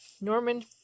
norman